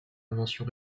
invention